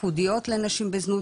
ייחודיות לנשים בזנות,